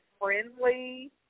friendly